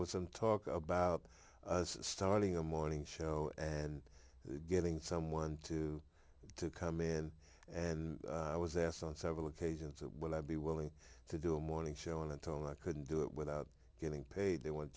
was some talk about starting a morning show and getting someone to come in and i was asked on several occasions when i would be willing to do a morning show and i'm told i couldn't do it without getting paid they went